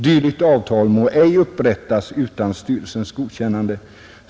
Dylikt avtal må ej upprättas utan styrelsens godkännande.